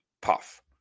Puff